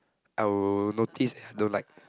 I will notice I don't like